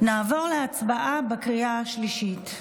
נעבור להצבעה בקריאה השלישית.